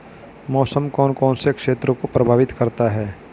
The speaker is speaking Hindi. मौसम कौन कौन से क्षेत्रों को प्रभावित करता है?